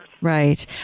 Right